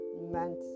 meant